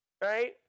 right